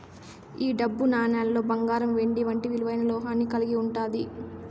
ఈ డబ్బు నాణేలులో బంగారం వెండి వంటి విలువైన లోహాన్ని కలిగి ఉంటాది